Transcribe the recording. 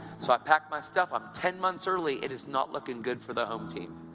so i packed my stuff. i'm ten months early. it is not looking good for the home team.